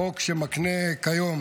חוק שמקנה כיום